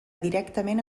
directament